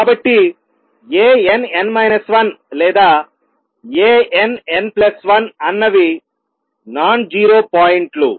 కాబట్టి A n n 1 లేదా A n n 1 అన్నవి నాన్ జీరో పాయింట్లు